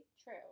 True